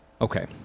Okay